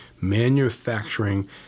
Manufacturing